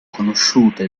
conosciuta